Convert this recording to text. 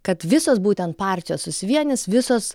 kad visos būtent partijos susivienys visos